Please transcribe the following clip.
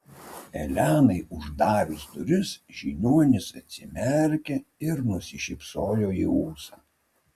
elenai uždarius duris žiniuonis atsimerkė ir nusišypsojo į ūsą